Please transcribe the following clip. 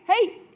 hey